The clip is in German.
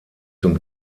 zum